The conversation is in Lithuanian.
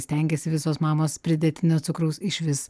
stengiasi visos mamos pridėtinio cukraus išvis